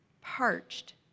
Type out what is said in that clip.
parched